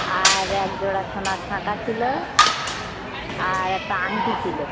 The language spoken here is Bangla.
আর একজোড়া সোনার শাঁকা ছিলো আর একটা আংটি ছিলো